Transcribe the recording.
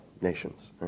nations